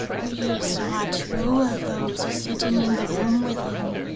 we saw two of those sitting in the room with him,